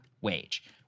wage